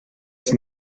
ist